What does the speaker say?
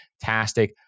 fantastic